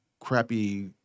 crappy